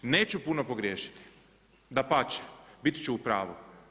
Neću puno pogriješiti, dapače, biti ću u pravu.